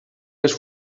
les